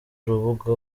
urubuga